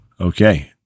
okay